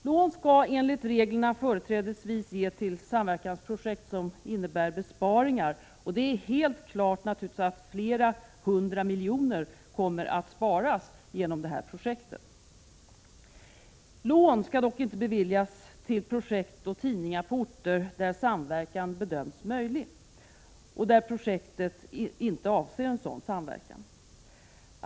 Lån skall enligt reglerna företrädesvis ges till samverkansprojekt som innebär besparingar, och det är helt klart att flera hundra miljoner kommer att sparas genom detta projekt. Lån skall dock inte beviljas till projekt när det gäller tidningar på orter där samverkan bedöms som möjlig och där projektet inte avser sådan samverkan.